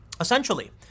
Essentially